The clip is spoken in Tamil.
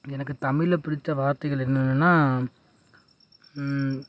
எனக்கு தமிழில் பிடிச்ச வார்த்தைகள் என்னென்னா